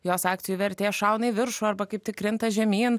jos akcijų vertė šauna į viršų arba kaip tik krinta žemyn